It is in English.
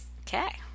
Okay